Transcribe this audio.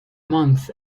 month